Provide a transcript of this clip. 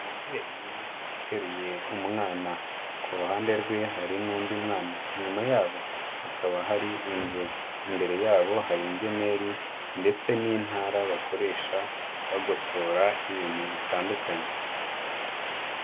Umubyeyi uteruye umwana, kuruhande rwe hari n'undi mwana, inyuma yabo hakaba hari inzu. imbere yabo hari ingemeri ndetse n'intara bakoresha bagosora ibintu bitandukanye.